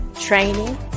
training